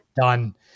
done